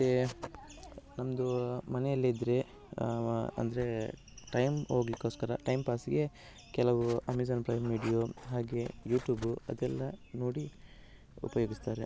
ಮತ್ತು ನಮ್ಮದು ಮನೆಯಲಿದ್ದರೆ ಅಂದರೆ ಟೈಮ್ ಹೋಗಲಿಕ್ಕೋಸ್ಕರ ಟೈಮ್ ಪಾಸಿಗೆ ಕೆಲವು ಅಮೇಜಾನ್ ಪ್ರೈಮ್ ವೀಡಿಯೊ ಹಾಗೇ ಯೂಟ್ಯೂಬ್ ಅದೆಲ್ಲ ನೋಡಿ ಉಪಯೋಗಿಸ್ತಾರೆ